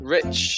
Rich